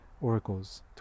oracles